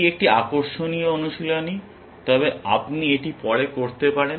এটি একটি আকর্ষণীয় অনুশীলনী তবে আপনি এটি পরে করতে পারেন